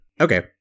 Okay